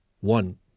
one